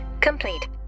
complete